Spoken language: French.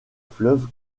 fleuve